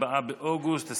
24 באוגוסט 2020,